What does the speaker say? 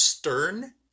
Stern